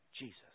Jesus